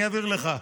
אני אעביר לך.